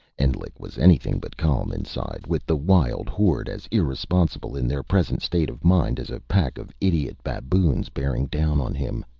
endlich was anything but calm inside, with the wild horde, as irresponsible in their present state of mind as a pack of idiot baboons, bearing down on him.